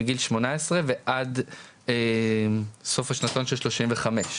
מגיל שמונה עשרה ועד סוף השנתון של שלושים וחמש.